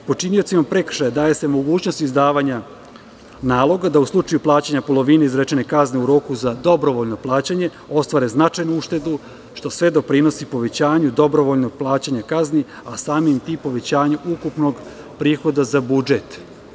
Počiniocima prekršaja daje se mogućnost izdavanja naloga da u slučaju plaćanja polovine izrečene kazne u roku za dobrovoljno plaćanje, ostvare značajnu uštedu, što sve doprinosi povećanju dobrovoljnog plaćanja kazni, a samim tim povećanju ukupnog prihoda za budžet.